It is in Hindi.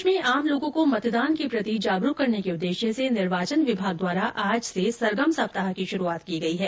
प्रदेश में आम लोगों को मतदान के प्रति जागरूक करने के उददेश्य से निर्वाचन विभाग द्वारा आज से सरगम सप्ताह की शुरूआत की गई है